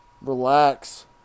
Relax